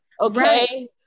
Okay